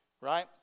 right